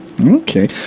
Okay